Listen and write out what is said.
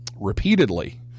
repeatedly